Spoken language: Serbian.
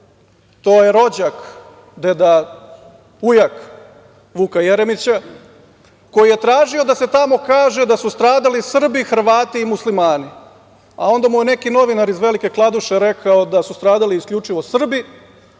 to je rođak deda ujak, Vuka Jeremića, koji je tražio da se tamo kaže da su stradali Srbi, Hrvati i muslimani, a onda mu je neki novinar iz Velike Kladuše rekao da su stradali isključivo Srbi,